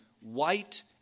white